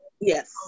Yes